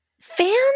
Fans